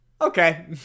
Okay